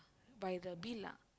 by the bill ah